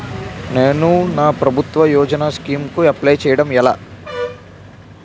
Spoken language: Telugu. నేను నా ప్రభుత్వ యోజన స్కీం కు అప్లై చేయడం ఎలా?